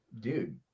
Dude